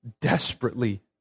desperately